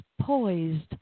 poised